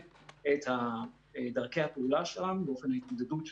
את דרכי הפעולה שלנו ואת ההתמודדות שלנו.